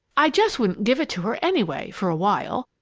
i just wouldn't give it to her, anyway, for a while.